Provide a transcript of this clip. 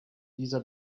dieser